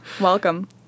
Welcome